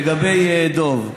לגבי דב,